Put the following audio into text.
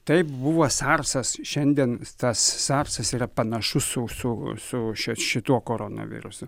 taip buvo sarsas šiandien tas sarsas yra panašus su su su šiuo šituo koronavirusu